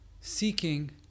seeking